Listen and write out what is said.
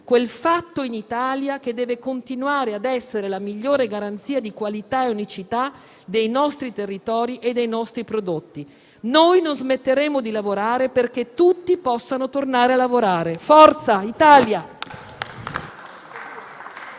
quel «fatto in Italia» che deve continuare ad essere la migliore garanzia di qualità e unicità dei nostri territori e dei nostri prodotti. Noi non smetteremo di lavorare affinché tutti possano tornare a lavorare. Forza, Italia!